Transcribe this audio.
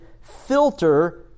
filter